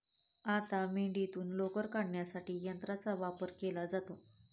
आता मेंढीतून लोकर काढण्यासाठी यंत्राचा वापर केला जातो